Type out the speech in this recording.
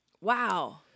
Wow